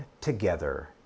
together